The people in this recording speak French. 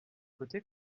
côté